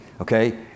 okay